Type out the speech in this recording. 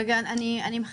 שאני לא מבינה אותה,